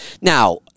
Now